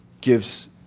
gives